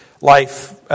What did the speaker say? life